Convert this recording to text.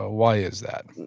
ah why is that?